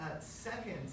Second